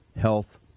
health